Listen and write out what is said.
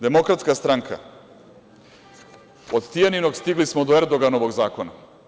Demokratska stranka, od Tijaninog, stigli smo do Erdoganovog zakona.